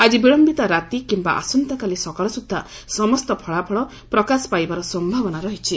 ଆଜି ବିଳୟିତ ରାତି କିମ୍ବା ଆସନ୍ତାକାଲି ସକାଳ ସୁଦ୍ଧା ସମସ୍ତ ଫଳାଫଳ ପ୍ରକାଶ ପାଇବାର ସମ୍ଭାବନା ରହିଛି